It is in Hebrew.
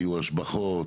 היו השבחות,